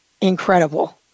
incredible